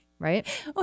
Right